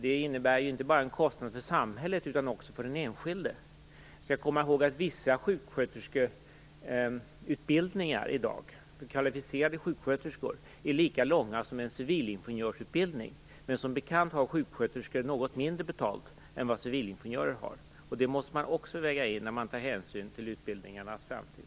Det innebär ju en kostnad inte bara för samhället utan också för den enskilde. Vi skall komma ihåg att vissa utbildningar, för kvalificerade sjuksköterskor, i dag är lika långa som en civilingenjörsutbildning, men som bekant har sjuksköterskor något mindre betalt än vad civilingenjörer har. Det måste man också väga in när man tar hänsyn till utbildningarnas framtid.